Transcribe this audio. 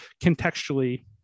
contextually